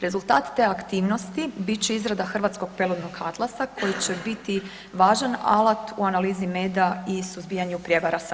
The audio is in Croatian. Rezultati te aktivnosti bit će izrada hrvatskog peludnog atlasa koji će biti važan alat u analizi meda i suzbijanju prijevara sa medom.